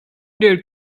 their